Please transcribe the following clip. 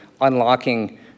unlocking